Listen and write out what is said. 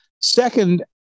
Second